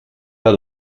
pas